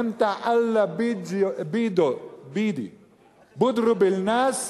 אֵימְתַא אַלְלַה בִּדה בּיֻצְ'רבּ אל-נַאס